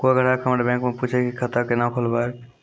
कोय ग्राहक हमर बैक मैं पुछे की खाता कोना खोलायब?